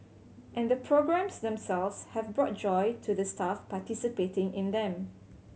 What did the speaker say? and the programmes themselves have brought joy to the staff participating in them